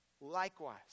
Likewise